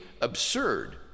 absurd